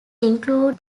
include